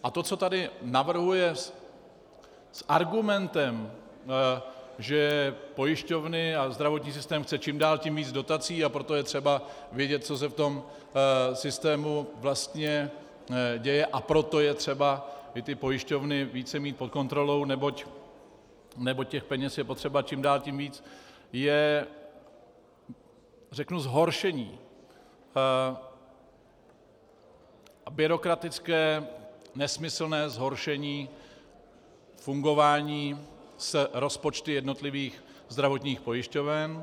A to, co tady navrhuje s argumentem, že pojišťovny a zdravotní systém chce čím dál tím víc dotací, a proto je třeba vědět, co se v tom systému vlastně děje, a proto je třeba pojišťovny mít více pod kontrolou, neboť těch peněz je potřeba čím dál tím víc, je zhoršení, byrokratické, nesmyslné zhoršení fungování s rozpočty jednotlivých zdravotních pojišťoven.